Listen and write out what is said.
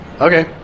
Okay